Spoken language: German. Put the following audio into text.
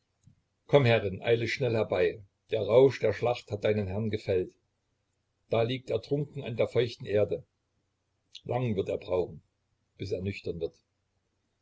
komm herrin eile schnell herbei der rausch der schlacht hat deinen herrn gefällt da liegt er trunken an der feuchten erde lang wird er brauchen bis er nüchtern wird